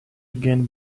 again